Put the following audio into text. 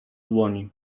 dłoni